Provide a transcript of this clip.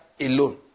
alone